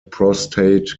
prostate